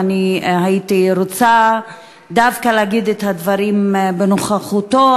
ואני הייתי רוצה דווקא להגיד את הדברים בנוכחותו,